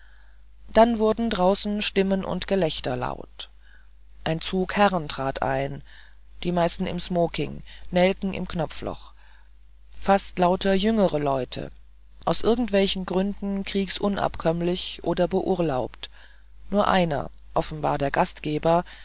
dann wurden draußen stimmen und gelächter laut und ein zug herren trat ein die meisten im smoking nelken im knopfloch fast lauter jüngere leute aus irgendwelchen gründen kriegsunabkömmlich oder beurlaubt nur einer offenbar der gastgeber